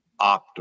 optimal